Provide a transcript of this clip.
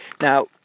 Now